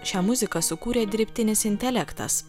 šią muziką sukūrė dirbtinis intelektas